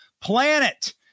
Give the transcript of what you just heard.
planet